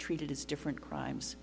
treated as different crimes